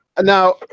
Now